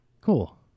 Cool